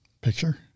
picture